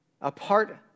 apart